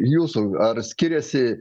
jūsų ar skiriasi